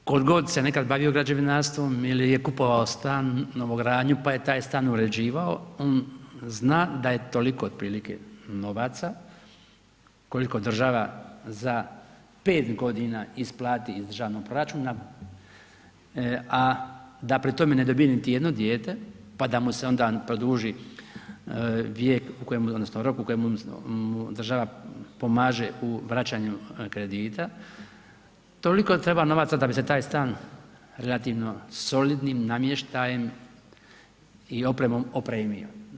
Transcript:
Tko god se nekad bavio građevinarstvom ili je kupovao stan, novogradnju pa je taj stan uređivao on zna da je toliko otprilike novaca koliko država za 5 godina isplati iz državnog proračuna a da pri tome ne dobije niti jedno dijete pa da mu se onda produži vijek u kojemu, odnosno rok u kojemu mu država pomaže u vraćanju kredita, toliko treba novaca da bi se taj stan relativno solidnim namještajem i opremom opremio.